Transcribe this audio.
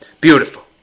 Beautiful